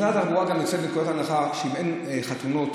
משרד התחבורה גם יוצא מנקודת הנחה שאין חתונות,